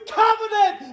covenant